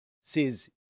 says